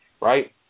right